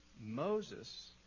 Moses